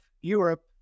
Europe